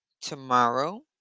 tomorrow